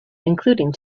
including